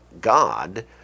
God